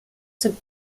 zum